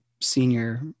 senior